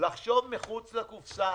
לחשוב מחוץ לקופסא,